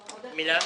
גפני, מילה.